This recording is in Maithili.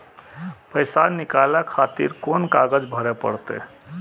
पैसा नीकाले खातिर कोन कागज भरे परतें?